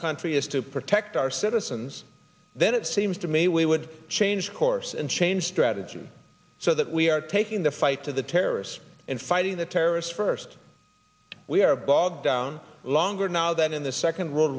country is to protect our citizens then it seems to me we would change course and change strategy so that we are taking the fight to the terrorists and fighting the terrorists first we are bogged down longer now than in the second world